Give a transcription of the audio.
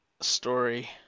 story